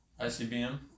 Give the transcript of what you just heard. ICBM